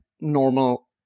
normal